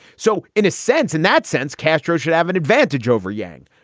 so in a sense, in that sense, castro should have an advantage over yang.